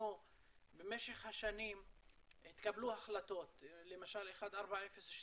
במשך השנים התקבלו החלטות, למשל 1402,